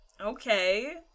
Okay